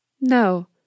No